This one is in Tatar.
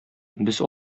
без